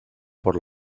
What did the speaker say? por